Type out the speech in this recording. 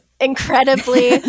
incredibly